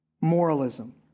Moralism